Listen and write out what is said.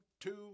two